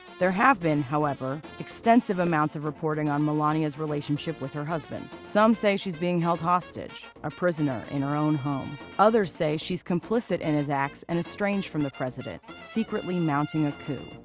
there have been, however, extensive amounts of reporting on melania's relationship with her husband. some say she's being held hostage, a prisoner in her own home. others say she's complicit in his acts and estranged from the president, secretly mounting a coup.